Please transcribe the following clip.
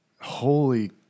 holy